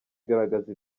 igaragaza